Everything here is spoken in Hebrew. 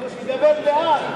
אבל שידבר לאט.